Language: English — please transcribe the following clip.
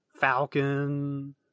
falcon